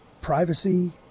privacy